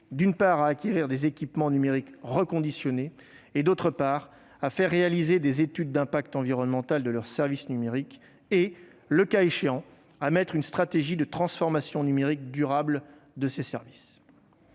d'une part, à acquérir des équipements numériques reconditionnés et, d'autre part, à faire réaliser des études d'impact environnemental de leurs services numériques et, le cas échéant, à mettre en oeuvre une stratégie de transformation numérique durable de ces services.